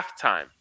halftime